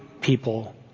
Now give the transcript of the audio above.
people